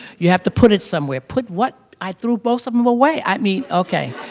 you have to put it somewhere put what? i threw most of them away. i mean, okay.